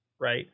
right